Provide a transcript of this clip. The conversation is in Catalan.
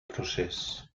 procés